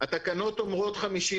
אני מניחה שהתיעוד שאני ראיתי שהוא משעת